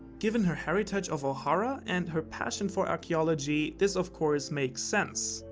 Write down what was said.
given her heritage of ohara and her passion for archeology, this of course makes sense.